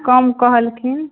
कम कहलखिन